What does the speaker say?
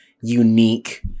unique